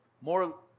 More